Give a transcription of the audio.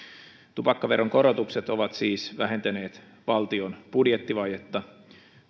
tupakkaveron korotukset ovat siis vähentäneet valtion budjettivajetta